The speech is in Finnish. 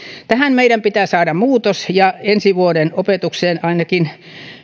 tähän meidän pitää saada muutos ja ensi vuoden opetukseen ainakin